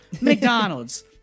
McDonald's